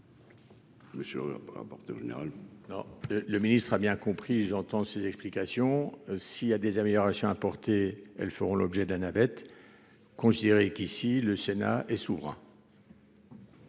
Monsieur rapporteur général. Non, le ministre a bien compris, j'entends ces explications s'il y a des améliorations apportées, elles feront l'objet de la navette considérer qu'ici, le Sénat et souverain.